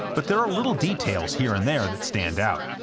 but there are little details here and there that stand out.